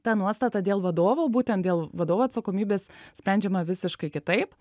ta nuostata dėl vadovų būtent dėl vadovų atsakomybės sprendžiama visiškai kitaip